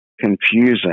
confusing